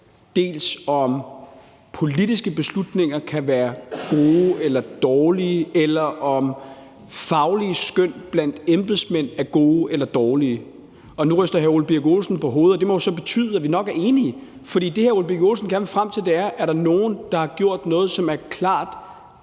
om politiske beslutninger kan være gode eller dårlige, eller om faglige skøn blandt embedsmænd er gode eller dårlige. Nu ryster hr. Ole Birk Olesen på hovedet, og det må jo så betyde, at vi nok er enige. For det, som hr. Ole Birk Olesen gerne vil frem til, er, om der er nogen, der har gjort noget, som klart